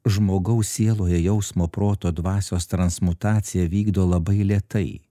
žmogaus sieloje jausmo proto dvasios transmutaciją vykdo labai lėtai